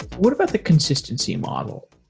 what about the consistency model?